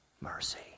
mercy